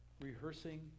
rehearsing